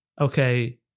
okay